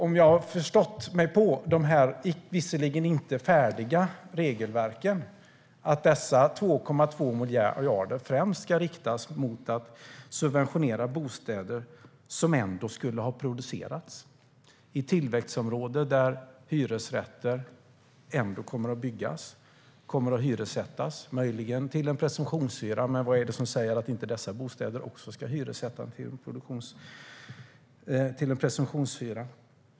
Om jag har förstått mig på de visserligen inte färdiga regelverken ska dessa 2,2 miljarder främst riktas mot att subventionera bostäder som ändå skulle ha producerats i tillväxtområden där hyresrätter ändå kommer att byggas. De kommer möjligen att hyressättas till en presumtionshyra. Men vad är det som säger att inte också dessa bostäder ska hyressättas till en presumtionshyra?